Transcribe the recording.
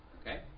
Okay